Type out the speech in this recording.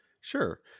sure